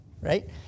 Right